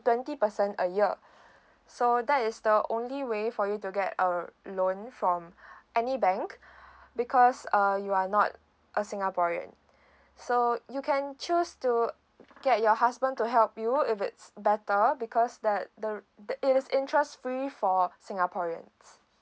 twenty percent a year so that is the only way for you to get a loan from any bank because uh you are not a singaporean so you can choose to get your husband to help you if it's better because that the it is interest free for singaporeans